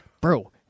Bro